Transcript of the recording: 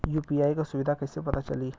UPI क सुविधा कैसे पता चली?